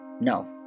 no